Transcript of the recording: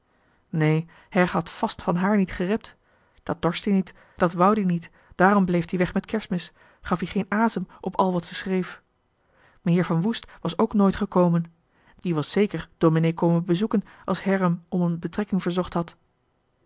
her had vàst van haar niet gerept dat dorst ie niet dat wou d ie niet daarom bleef t ie weg met kers'mis gaf ie geen asem op al wat ze schreef meheer van woest was ook nooit gekomen die was zeker domenee komen bezoeken als her um om en betrekking verzocht had